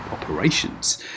operations